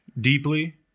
deeply